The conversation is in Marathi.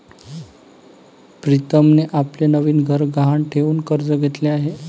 प्रीतमने आपले नवीन घर गहाण ठेवून कर्ज घेतले आहे